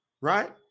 right